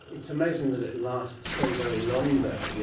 it's amazing that it lasts so very long though, yeah